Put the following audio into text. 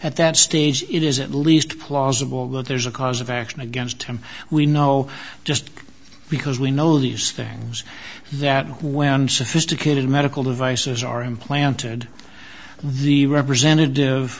at that stage it is at least plausible that there's a cause of action against him we know just because we know these things that when sophisticated medical devices are implanted the representative